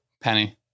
Penny